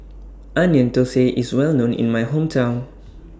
Onion Thosai IS Well known in My Hometown